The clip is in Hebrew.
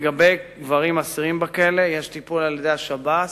לגבי גברים אסירים, בכלא יש טיפול על-ידי השב"ס,